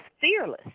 fearless